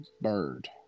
bird